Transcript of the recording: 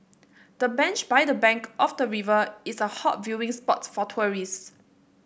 the bench by the bank of the river is a hot viewing spot for tourists